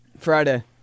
Friday